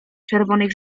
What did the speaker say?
czerwonych